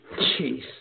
Jeez